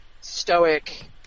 stoic